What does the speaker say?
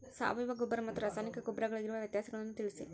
ಸಾವಯವ ಗೊಬ್ಬರ ಮತ್ತು ರಾಸಾಯನಿಕ ಗೊಬ್ಬರಗಳಿಗಿರುವ ವ್ಯತ್ಯಾಸಗಳನ್ನು ತಿಳಿಸಿ?